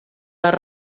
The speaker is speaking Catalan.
les